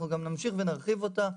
אנחנו גם נמשיך ונרחיב אותה,